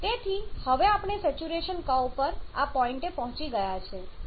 તેથી હવે આપણે સેચ્યુરેશન કર્વ પર આ પોઇન્ટએ પહોંચી ગયા છીએ